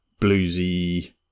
bluesy